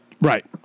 Right